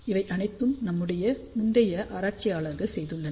இவை அனைத்தும் நம்முடைய முந்தைய ஆராய்ச்சியாளர்கள் செய்துள்ளனர்